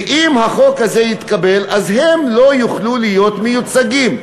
ואם החוק הזה יתקבל הם לא יוכלו להיות מיוצגים.